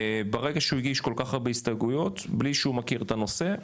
ברגע שהוא הגיש כל כך הרבה הסתייגויות בלי שהוא מכיר את הנושא,